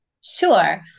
Sure